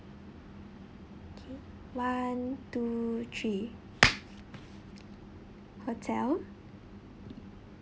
okay one two three hotel